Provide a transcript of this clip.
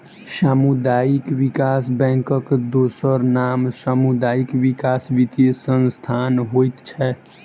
सामुदायिक विकास बैंकक दोसर नाम सामुदायिक विकास वित्तीय संस्थान होइत छै